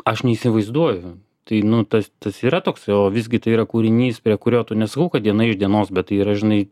aš neįsivaizduoju tai nu tas tas yra toks o visgi tai yra kūrinys prie kurio tu nesakau kad diena iš dienos bet tai yra žinai